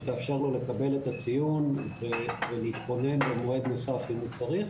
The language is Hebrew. שתאפשר לו לקבל את הציון ולהתכונן למועד נוסף אם הוא צריך,